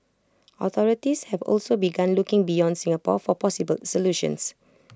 authorities have also begun looking beyond Singapore for possible solutions